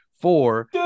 four